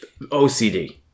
OCD